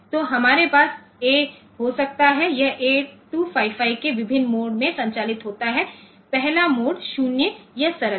तो हमारे पास A हो सकता है यह 8255के विभिन्न मोड में संचालित होता है पहला मोड 0 या सरल है